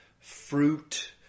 fruit